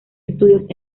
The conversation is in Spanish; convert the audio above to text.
estudios